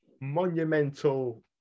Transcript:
monumental